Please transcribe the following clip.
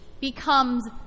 becomes